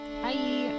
bye